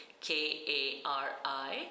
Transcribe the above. K-A-R-I